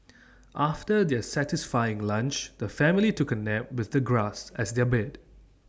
after their satisfying lunch the family took A nap with the grass as their bed